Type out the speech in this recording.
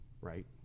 right